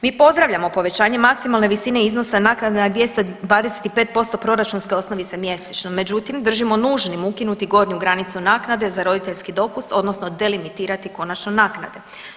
Mi pozdravljamo povećanje maksimalne visine iznosa naknada na 225% proračunske osnovice mjesečno, međutim držimo nužnim ukinuti gornju granicu naknade za roditeljski dopust odnosno delimitirati konačno naknade.